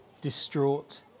distraught